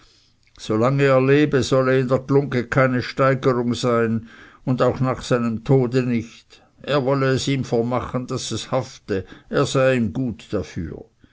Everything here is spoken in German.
solange er lebe solle in der glungge keine steigerung sein und auch nach seinem tode nicht er wolle es ihm vermachen daß es hafte er sei ihm gut dafür